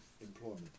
employment